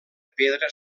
pedra